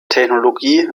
technologie